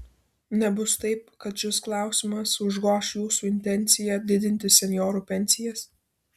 nebus taip kad šis klausimas užgoš jūsų intenciją didinti senjorų pensijas